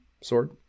sword